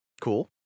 Cool